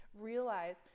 realize